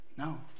no